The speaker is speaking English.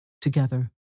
together